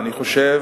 אני חושב